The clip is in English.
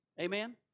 Amen